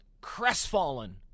crestfallen